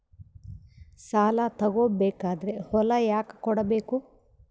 ಸಾಲ ತಗೋ ಬೇಕಾದ್ರೆ ಹೊಲ ಯಾಕ ಕೊಡಬೇಕು?